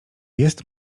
jest